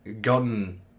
gotten